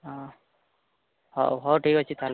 ହଁ ହଉ ହଉ ଠିକ ଅଛି ତାହାଲେ